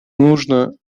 нужно